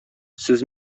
сез